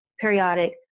periodic